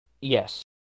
Yes